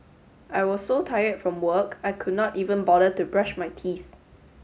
I was so tired from work I could not even bother to brush my teeth